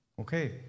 Okay